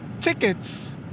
tickets